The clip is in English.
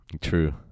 True